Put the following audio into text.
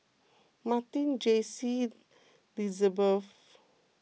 Marti Jaycie Lizabeth